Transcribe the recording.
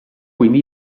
quindi